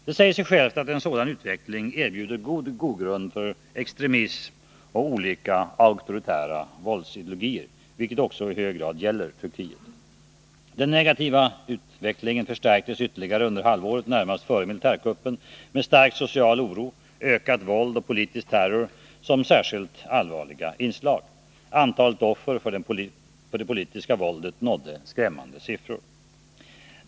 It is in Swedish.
Det säger sig självt att en sådan utveckling erbjuder god grogrund för extremism och olika auktoritära våldsideologier, vilket också i hög grad gäller Turkiet. Den negativa utvecklingen förstärktes ytterligare under halvåret närmast före militärkuppen, med stark social oro, ökat våld och politisk terror som särskilt allvarliga inslag. Antalet offer för det politiska våldet nådde skrämmande siffror.